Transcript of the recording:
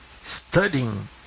studying